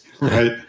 Right